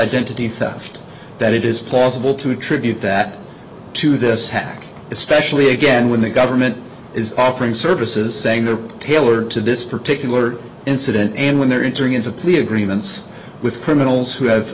identity theft that it is possible to attribute that to this hack especially again when the government is offering services saying they're tailored to this particular incident and when they're interesting to plea agreements with criminals who have